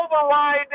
override